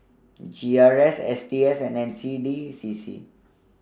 G R C S T S and N C D CC